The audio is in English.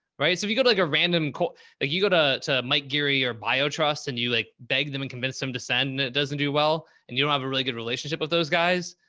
right. so if you go to like a random co like you go to to mike geary or biotrust and you like beg them and convince them to send it, doesn't do well. and you don't have a really good relationship with those guys.